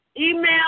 email